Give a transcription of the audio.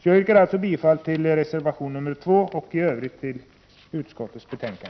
Jag yrkar bifall till reservation 2 och i övrigt till utskottets hemställan.